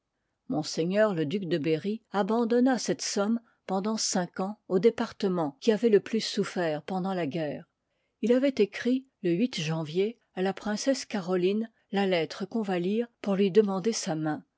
m le duc de berry abandonna cette somme penliv dant cinq ans aux de'partemens qui avoient le plus souffert pendant la guerre il aoit écrit le janvier à la princesse caroline la lettre qu'on va lire pour lui demander sa main